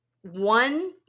one